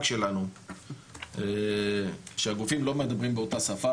שלנו שהגופים לא מדברים באותה שפה.